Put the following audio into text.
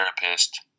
therapist